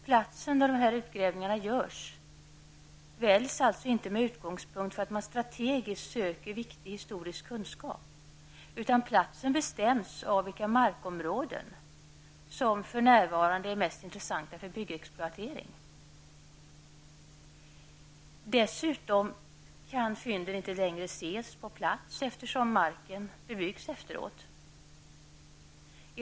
Platsen där man gör dessa utgrävningar väljs alltså inte med utgångspunkt från att man strategiskt söker viktig historisk kunskap, utan platsen bestäms av vilka markområden som för närvarande är mest intressanta för byggexploatering. Dessutom kan fynden inte längre ses på plats, eftersom marken bebyggs efter utgrävningen.